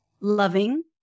loving